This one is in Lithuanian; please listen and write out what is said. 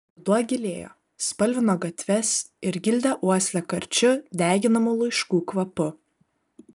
ruduo gilėjo spalvino gatves ir gildė uoslę karčiu deginamų laiškų kvapu